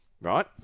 right